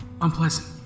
unpleasant